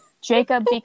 Jacob